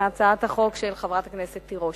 מהצעת החוק של חברת הכנסת תירוש.